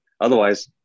otherwise